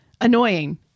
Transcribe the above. annoying